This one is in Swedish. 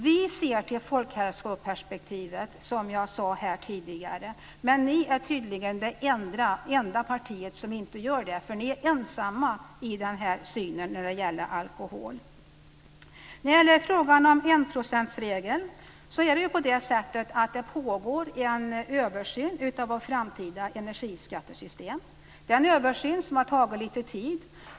Vi ser till folkhälsoperspektivet, som jag sade här tidigare, men Moderaterna är tydligen det enda partiet som inte gör det, eftersom ni är ensamma i denna syn på alkohol. Beträffande 1,2-procentsregeln pågår det en översyn av vårt framtida energiskattesystem. Det är en översyn som har tagit lite tid.